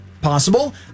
Possible